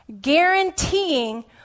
Guaranteeing